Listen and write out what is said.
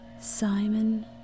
Simon